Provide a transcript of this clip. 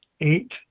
eight